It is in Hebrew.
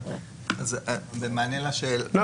אני